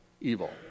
evil